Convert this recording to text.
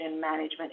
management